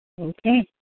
Okay